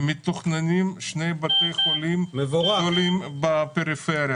מתוכננים שני בתי חולים גדולים בפריפריה.